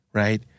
right